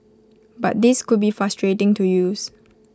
but these could be frustrating to use